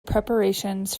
preparations